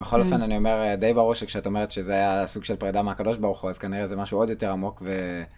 בכל אופן אני אומר די ברור שכשאת אומרת שזה היה סוג של פרידה מהקדוש ברוך הוא אז כנראה זה משהו עוד יותר עמוק.